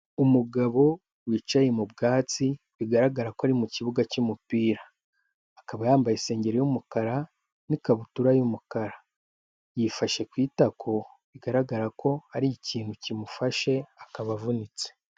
Umugabo wicaye mu bwatsi, bigaragara ko ari mu kibuga cy'umupira. Akaba yambaye isengeri y'umukara, n'ikabutura y'umukara. Yifashe ku itako, bigaragara ko hari ikintu kimufashe, akaba avunitse.